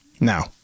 now